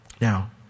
Now